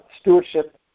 stewardship